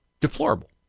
deplorable